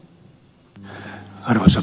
tuossa ed